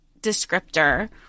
descriptor